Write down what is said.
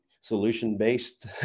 solution-based